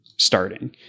Starting